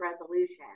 resolution